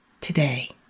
today